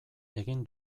egin